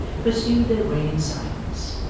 pursued their way in silence.